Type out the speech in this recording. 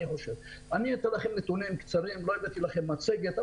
לא הבאתי לכם מצגת,